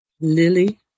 Lily